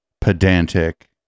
pedantic